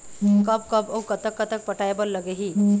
कब कब अऊ कतक कतक पटाए बर लगही